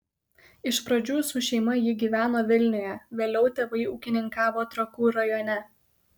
iš pradžių su šeima ji gyveno vilniuje vėliau tėvai ūkininkavo trakų rajone